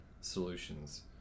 solutions